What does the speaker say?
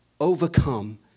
overcome